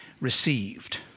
received